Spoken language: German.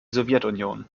sowjetunion